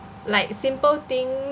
like simple things